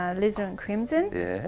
ah lizon crimson